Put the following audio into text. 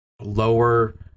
lower